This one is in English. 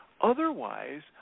Otherwise